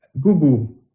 Google